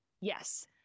Yes